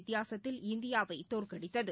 வித்தியாசத்தில் இந்தியாவை தோற்கடித்தது